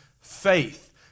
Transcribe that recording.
faith